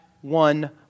one